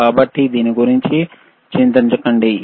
కాబట్టి దీని గురించి చింతించకండి